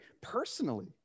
personally